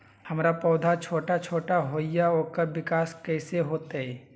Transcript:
हमर पौधा छोटा छोटा होईया ओकर विकास कईसे होतई?